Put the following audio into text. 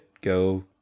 go